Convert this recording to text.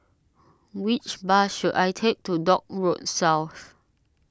which bus should I take to Dock Road South